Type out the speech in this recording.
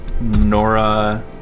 Nora